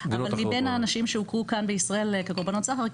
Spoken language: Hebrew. אבל מבין האנשים שהוכרו כאן בישראל כקורבנות סחר,